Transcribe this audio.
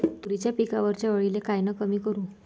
तुरीच्या पिकावरच्या अळीले कायनं कमी करू?